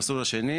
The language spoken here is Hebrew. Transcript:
המסלול השני,